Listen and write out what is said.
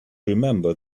remember